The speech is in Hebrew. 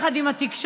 יחד עם התקשורת,